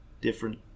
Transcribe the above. different